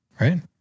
right